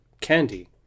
candy